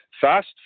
fast